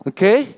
Okay